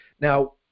Now